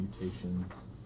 mutations